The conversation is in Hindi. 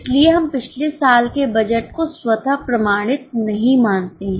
इसलिए हम पिछले साल के बजट को स्वतः प्रमाणित नहीं मानते हैं